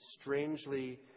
strangely